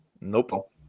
Nope